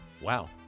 wow